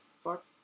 fuck